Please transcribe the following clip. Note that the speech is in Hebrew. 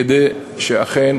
כדי שאכן